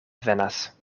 venas